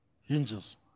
hinges